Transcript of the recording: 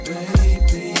Baby